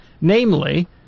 Namely